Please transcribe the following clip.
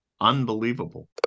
unbelievable